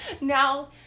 Now